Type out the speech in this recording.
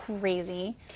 crazy